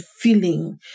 feeling